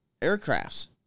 aircrafts